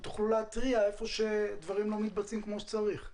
ותוכלו להתריע היכן דברים לא מתבצעים כמו שצריך.